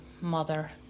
mother